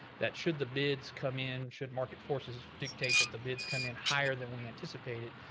that should the bids come in, should market forces dictate that the bids come in higher than we anticipated,